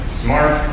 smart